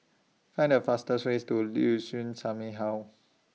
Find The fastest ways to Liuxun